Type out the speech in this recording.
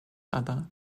other